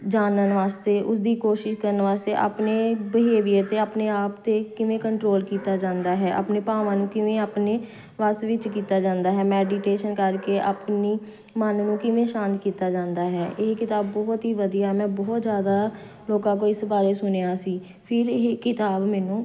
ਜਾਨਣ ਵਾਸਤੇ ਉਸਦੀ ਕੋਸ਼ਿਸ਼ ਕਰਨ ਵਾਸਤੇ ਆਪਣੇ ਬਿਹੇਵੀਅਰ ਅਤੇ ਆਪਣੇ ਆਪ 'ਤੇ ਕਿਵੇਂ ਕੰਟਰੋਲ ਕੀਤਾ ਜਾਂਦਾ ਹੈ ਆਪਣੇ ਭਾਵਾਂ ਨੂੰ ਕਿਵੇਂ ਆਪਣੇ ਵੱਸ ਵਿੱਚ ਕੀਤਾ ਜਾਂਦਾ ਹੈ ਮੈਡੀਟੇਸ਼ਨ ਕਰਕੇ ਆਪਣੀ ਮਨ ਨੂੰ ਕਿਵੇਂ ਸ਼ਾਂਤ ਕੀਤਾ ਜਾਂਦਾ ਹੈ ਇਹ ਕਿਤਾਬ ਬਹੁਤ ਹੀ ਵਧੀਆ ਮੈਂ ਬਹੁਤ ਜ਼ਿਆਦਾ ਲੋਕਾਂ ਕੋਲ ਇਸ ਬਾਰੇ ਸੁਣਿਆ ਸੀ ਫਿਰ ਇਹ ਕਿਤਾਬ ਮੈਨੂੰ